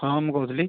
ହଁ ମୁଁ କହୁଥିଲି